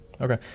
Okay